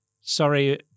sorry